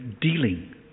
dealing